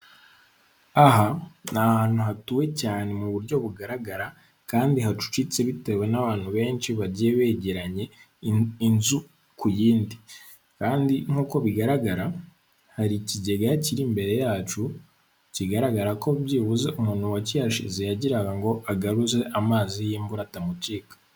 Ku ifoto yacu turahabona ibiganza bibiri kimwe gifashe muri murandasi ikindi gicigatiye amafaranga y'amanyamahanga ndetse n'amanyamerika yifashishwa mu kugura icyo wifuza icyo aricyo cyose gihwanye n'ayo mafaranga.